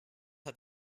hat